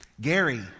Gary